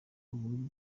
ububi